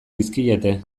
dizkiete